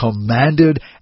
commanded